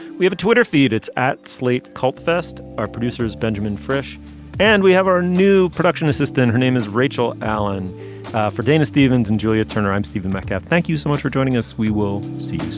we have a twitter feed it's at slate. fest. our producer is benjamin fresh and we have our new production assistant. her name is rachel allen for dana stevens and julia turner. i'm stephen metcalf. thank you so much for joining us. we will see